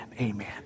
amen